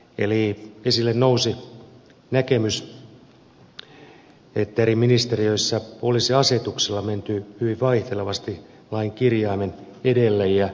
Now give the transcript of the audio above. eli esille nousi näkemys että eri ministeriöissä olisi asetuksilla menty hyvin vaihtelevasti lain kirjaimen edelle